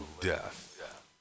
death